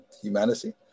humanity